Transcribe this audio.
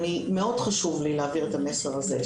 מאוד חשוב לי להעביר את המסר הזה,